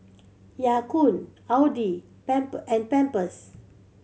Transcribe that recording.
Ya Kun Audi and Pampers